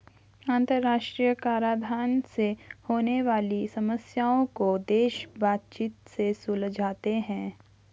अंतरराष्ट्रीय कराधान से होने वाली समस्याओं को देश बातचीत से सुलझाते हैं